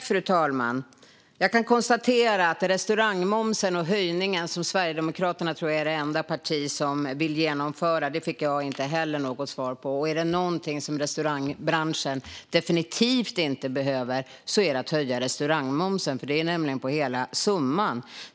Fru talman! Jag kan konstatera att jag inte heller fick något svar när det gäller restaurangmomsen och den höjning som jag tror att Sverigedemokraterna är det enda parti som vill genomföra. Är det något som restaurangbranschen definitivt inte behöver är det höjd restaurangmoms. Den gäller nämligen hela summan.